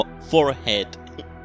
forehead